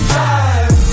Drive